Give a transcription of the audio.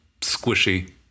squishy